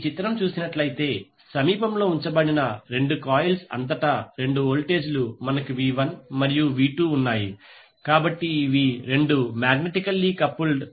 ఈ చిత్రం చూసినట్లయితే సమీపంలో ఉంచబడిన 2 కాయిల్స్ అంతటా 2 వోల్టేజీలు మనకు v1 మరియు v2 ఉన్నాయి కాబట్టి ఇవి రెండు మాగ్నెటికల్లీ కపుల్డ్